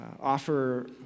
Offer